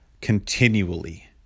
continually